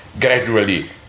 gradually